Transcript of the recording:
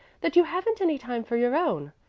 that you haven't any time for your own.